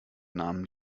namen